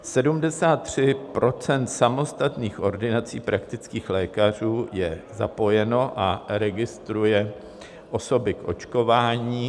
73 % samostatných ordinací praktických lékařů je zapojeno a registruje osoby k očkování.